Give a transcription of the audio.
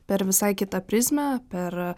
per visai kitą prizmę per